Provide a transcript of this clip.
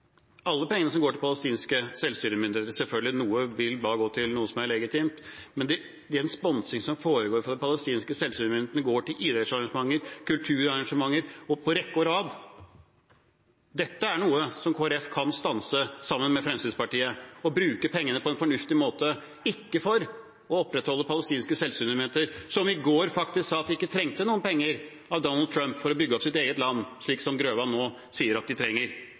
alle pengene som går til palestinske selvstyremyndigheter. Selvfølgelig vil noe gå til noe som er legitimt, men den sponsingen som foregår av palestinske selvstyremyndigheter, går til idrettsarrangementer og kulturarrangementer på rekke og rad. Dette er noe som Kristelig Folkeparti kan stanse sammen med Fremskrittspartiet, slik at man bruker pengene på en fornuftig måte – ikke for å opprettholde palestinske selvstyremyndigheter, som i går faktisk sa at de ikke trengte noen penger av Donald Trump for å bygge opp sitt eget land, slik Grøvan nå sier at de trenger.